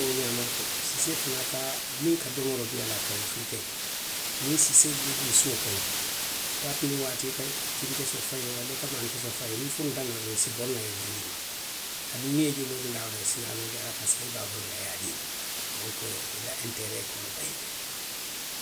Wo ňaama le ko, siisee fanaŋ ka a, miŋ ka domoroo dii a la. a ka wo suutee le. niŋ siiseelu be i bulu suo kono. waati niŋ waati i ka kini kesoo fayi i ye waraŋ i ka maani kesoo fayi i ye, niŋ i funtitanaŋ reki i se borinaŋ i ye benduu i ma. Aduŋ niŋ i je looriŋ daa woo daa. i se naa loo i daala parisiko i be a bondi la i ye a dii i la. Donku i la interee i ka wo le bayindi.